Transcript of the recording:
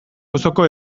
auzoko